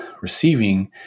receiving